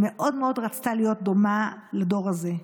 והיא מאוד רצתה להיות דומה לדור הזה.